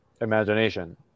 imagination